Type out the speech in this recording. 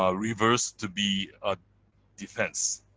ah reverse to be a defense.